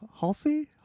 Halsey